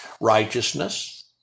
righteousness